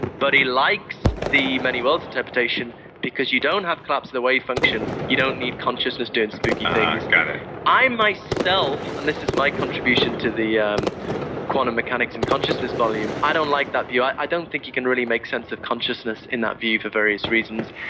but he likes the many worlds interpretation because you don't have to collapse the way you function. you don't need consciousness doing spooky things, got it i myself, and this is my contribution to the um quantum mechanics and consciousness volume. i don't like that view. i i don't think you can really make sense of consciousness in that view for various reasons.